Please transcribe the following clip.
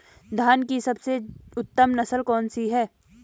धान की सबसे उत्तम नस्ल कौन सी है?